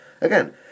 Again